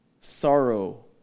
Sorrow